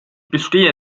bestehe